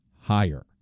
higher